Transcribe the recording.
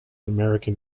american